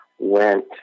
Went